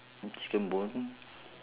chicken bone